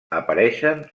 apareixen